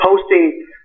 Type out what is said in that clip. posting